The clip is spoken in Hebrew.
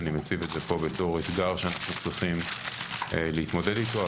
אלא מציב את זה בתור אתגר שאנחנו צריכים להתמודד אתו.